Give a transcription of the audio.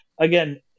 again